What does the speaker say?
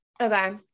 okay